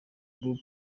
group